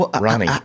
Ronnie